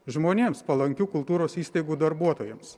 žmonėms palankių kultūros įstaigų darbuotojams